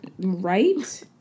Right